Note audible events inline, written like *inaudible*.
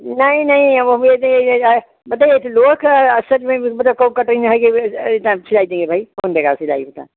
नहीं नहीं अब *unintelligible* बताइए कि लोग सच में मतलब कौन कटिन्ग है *unintelligible* सिलाई देंगे भाई कौन देगा सिलाई बता